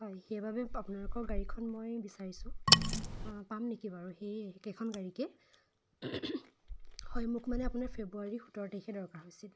হয় সেইবাবে আপোনালোকৰ গাড়ীখন মই বিচাৰিছোঁ পাম নেকি বাৰু সেই একেখন গাড়ীকে হয় মোক মানে আপোনাৰ ফেব্ৰুৱাৰীৰ সোতৰ তাৰিখে দৰকাৰ হৈছিল